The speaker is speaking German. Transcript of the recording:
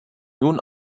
nun